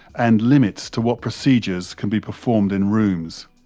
and limits to what procedures can be performed in rooms.